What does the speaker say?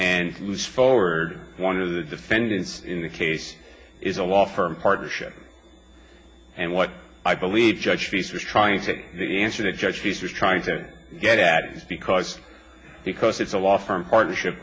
and moves forward one of the defendants in the case is a law firm partnership and what i believe judge she's trying to get the answer to a judge she's just trying to get at is because because it's a law firm partnership